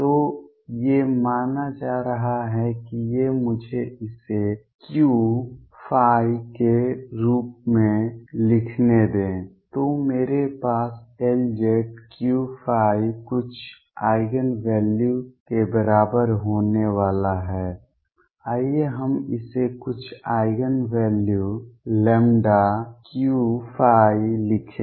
तो ये माना जा रहा है कि ये मुझे इसे Q के रूप में लिखने दे तो मेरे पास Lz Q कुछ आइगेन वैल्यू के बराबर होने वाला है आइए हम इसे कुछ आइगेन वैल्यू λ Q लिखें